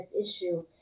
issue